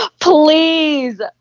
please